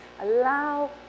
allow